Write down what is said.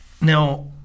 Now